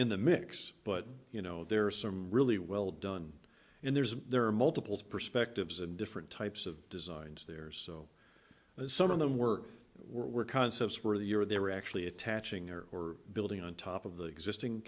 in the mix but you know there are some really well done in there is there are multiple perspectives and different types of designs there so some of them work were concepts where the year they were actually attaching or or building on top of the existing